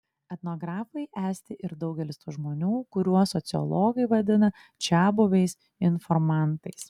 etnografai esti ir daugelis tų žmonių kuriuos sociologai vadina čiabuviais informantais